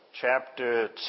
chapter